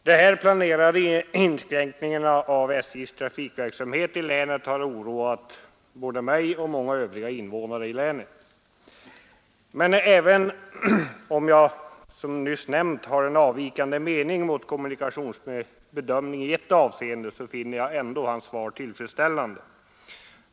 SJ:s planerade inskränkningar av trafikverksamheten har oroat både mig och övriga invånare i länet. Men även om jag, som jag nyss nämnde, har en avvikande mening mot kommunikationsministern bedömning i ett avseende finner jag hans svar tillfredsställande.